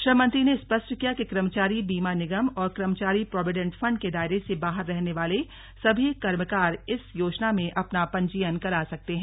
श्रम मंत्री ने स्पष्ट किया कि कर्मचारी बीमा निगम और कर्मचारी प्रोविडेण्ट फण्ड के दायरे से बाहर रहने वाले सभी कर्मकार इस योजना में अपना पंजीयन करा सकते हैं